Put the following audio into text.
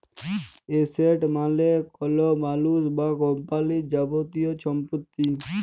asset মালে কল মালুস বা কম্পালির যাবতীয় ছম্পত্তি